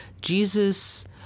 Jesus